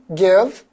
give